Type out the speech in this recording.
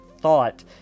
thought